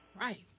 right